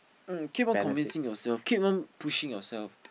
mm keep on convincing yourself keep on pushing yourself